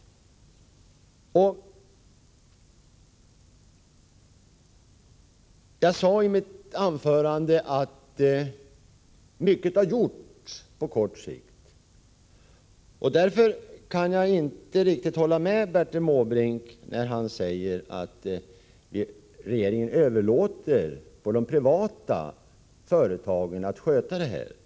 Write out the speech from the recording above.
Jag sade i mitt tidigare anförande att mycket har gjorts på kort sikt. Därför kan jag inte riktigt hålla med Bertil Måbrink när han säger att regeringen överlåter åt de privata företagen att sköta de här frågorna.